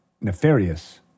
nefarious